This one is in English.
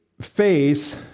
face